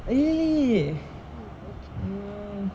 ah ya ya ya ya ya